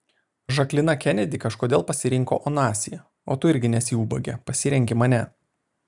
žaklina kenedi kažkodėl pasirinko onasį o tu irgi nesi ubagė pasirenki mane